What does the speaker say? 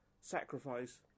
sacrifice